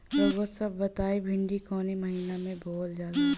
रउआ सभ बताई भिंडी कवने महीना में बोवल जाला?